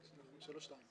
הצבעה בעד, 3 נגד, 2